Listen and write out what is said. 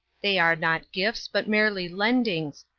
they are not gifts, but merely lendings.